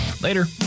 Later